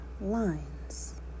Lines